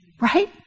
Right